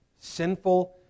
sinful